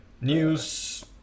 News